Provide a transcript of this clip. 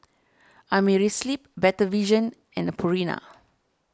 Amerisleep Better Vision and Purina